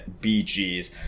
bgs